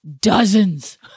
dozens